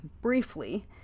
briefly